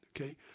okay